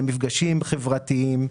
במפגשים חברתיים,